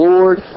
Lord